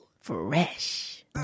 fresh